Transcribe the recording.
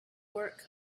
work